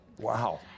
Wow